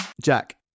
jack